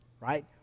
right